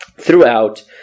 throughout